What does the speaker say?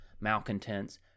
malcontents